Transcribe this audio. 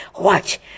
Watch